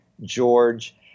George